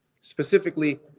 Specifically